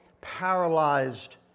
paralyzed